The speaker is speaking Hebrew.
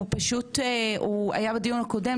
הוא פשוט היה בדיון הקודם,